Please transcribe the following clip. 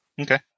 Okay